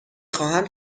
خواهم